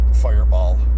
Fireball